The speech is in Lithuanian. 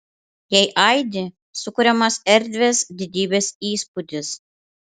jei aidi sukuriamas erdvės didybės įspūdis